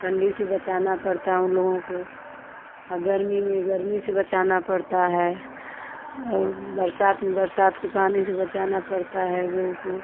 ठंडी से बचाना पड़ता है उन लोगों को आ गर्मी में गर्मी से बचाना पड़ता है और बरसात में बरसात के पानी से बचाना पड़ता है गौ को